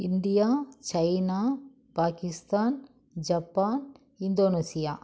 India China Pakistan Japan Indonesia